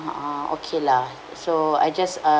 a'ah okay lah so I just